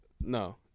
No